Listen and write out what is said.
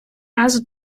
разу